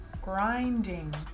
Grinding